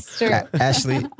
Ashley